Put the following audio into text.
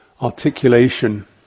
articulation